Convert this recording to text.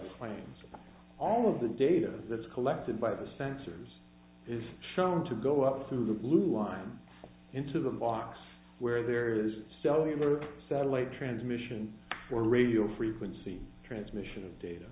plans all of the data that's collected by the sensors is shown to go up to the blue line into the box where there is cellular satellite transmissions for radio frequency transmission of data